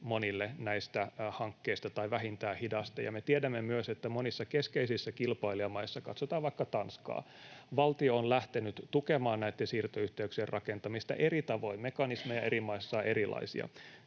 monille näistä hankkeista, tai vähintään hidaste. Me tiedämme myös, että monissa keskeisissä kilpailijamaissa, katsotaan vaikka Tanskaa, valtio on lähtenyt tukemaan näitten siirtoyhteyksien rakentamista eri tavoin — mekanismeja eri maissa on erilaisia.